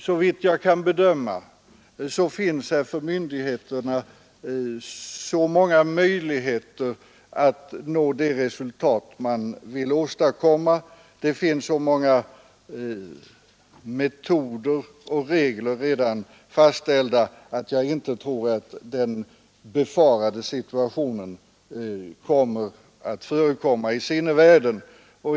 Såvitt jag kan bedöma finns här för myndigheterna så många möjligheter att nå det resultat man vill åstadkomma, så många metoder och regler redan fastställda, att jag inte tror att den befarade situationen skall förekom ma i sinnevärlden.